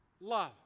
love